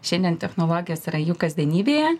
šiandien technologijos yra jų kasdienybėje